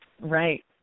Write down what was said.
Right